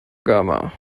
gama